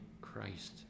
Christ